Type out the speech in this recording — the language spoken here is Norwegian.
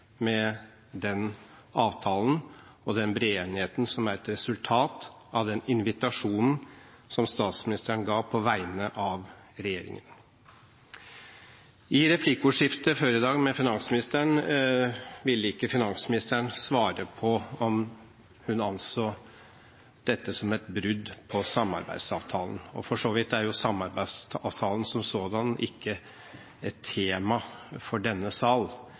med den avtalen og den brede enigheten som er et resultat av den invitasjonen som statsministeren kom med på vegne av regjeringen. I replikkordskiftet med finansministeren før i dag ville ikke finansministeren svare på om hun anså dette som et brudd på samarbeidsavtalen. For så vidt er samarbeidsavtalen som sådan ikke et tema for denne sal,